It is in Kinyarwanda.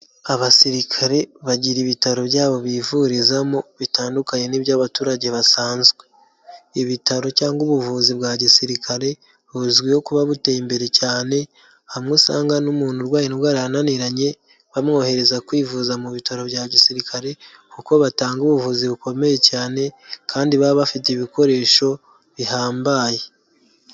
Abasirikare bagira ibitaro byabo bivurizamo bitandukanye n'iby'abaturage basanzwe. Ibitaro cyangwa ubuvuzi bwa gisirikare buzwiho kuba buteye imbere cyane, hamwe usanga n'umuntu urwaye indwara yananiranye bamwohereza kwivuza mu bitaro bya gisirikare kuko batanga ubuvuzi bukomeye cyane kandi baba bafite ibikoresho bihambaye.